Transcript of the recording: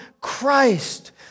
Christ